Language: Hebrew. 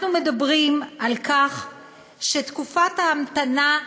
אנחנו מדברים על כך שתקופת ההמתנה,